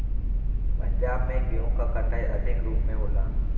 पंजाब में गेंहू क कटाई अधिक रूप में होला